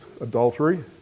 adultery